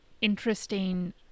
interesting